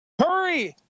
Hurry